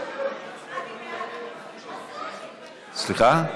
המדיניות הכלכלית לשנת התקציב 2019),